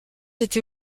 été